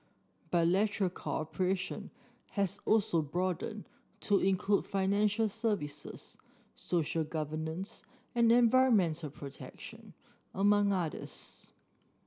bilateral cooperation has also broadened to include financial services social governance and environmental protection among others